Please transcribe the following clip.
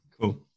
cool